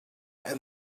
and